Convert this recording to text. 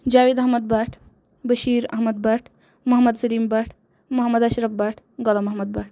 Javed Ahmad Bhat Bashir Ahmad Bhat Mohammad Salim Bhat Mohammad Ashraf Bhat Ghulam Mohammad Bhat